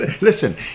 listen